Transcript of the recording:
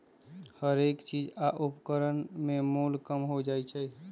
हरेक चीज आ उपकरण में मोल कम हो जाइ छै